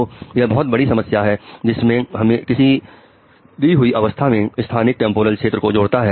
तू यह बहुत बड़ी समस्या है जिसमें किसी दी हुई अवस्था में स्थानिक टेंपोरल क्षेत्र को जोड़ते हैं